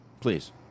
Please